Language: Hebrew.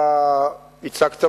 אתה הצגת,